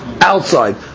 outside